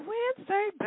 Wednesday